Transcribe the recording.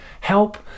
Help